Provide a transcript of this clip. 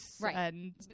Right